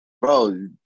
Bro